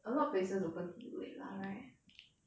a lot of places till late [one] right